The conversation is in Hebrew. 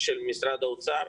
של משדר האוצר,